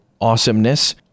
awesomeness